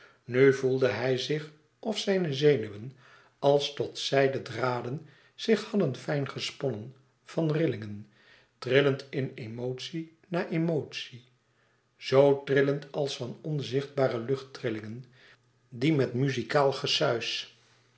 nu voelde hij zich of zijne zenuwen als tot zijden draden zich hadden fijn gesponnen van rillingen trillend in emotie na emotie zoo trillend als van onzichtbare luchtrillingen die met muzikaal gesuis